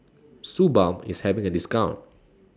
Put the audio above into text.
Suu Balm IS having A discount